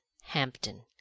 Hampton